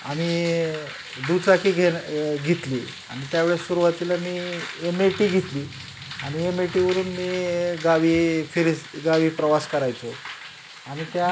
आम्ही दुचाकी घेन घेतली आणि त्यावेळेस सुरुवातीला मी एम ए टी घेतली आणि एम ए टीवरून मी गावी फिरस् गावी प्रवास करायचो आणि त्या